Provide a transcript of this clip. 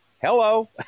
Hello